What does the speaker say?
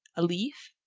a leaf,